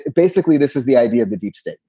basically, this is the idea of the deep state.